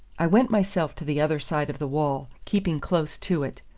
i went myself to the other side of the wall, keeping close to it.